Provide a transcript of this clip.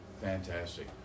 Fantastic